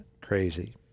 crazy